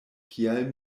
kial